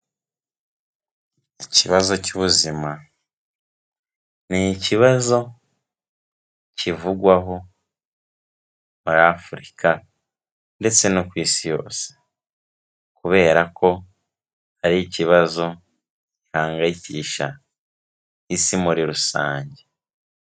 Ikibazo cy'ubuzima, ni ikibazo kivugwaho muri Afurika ndetse no ku isi yose, kubera ko ari ikibazo gihangayikisha isi muri rusange.